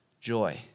joy